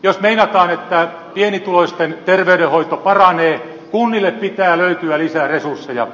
jos meinataan että pienituloisten terveydenhoito paranee kunnille pitää löytyä lisää resursseja